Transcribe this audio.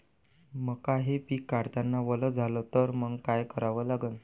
मका हे पिक काढतांना वल झाले तर मंग काय करावं लागन?